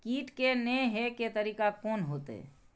कीट के ने हे के तरीका कोन होते?